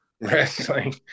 wrestling